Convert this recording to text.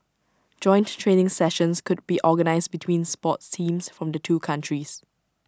joint training sessions could be organised between sports teams from the two countries